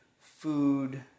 food